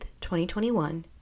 2021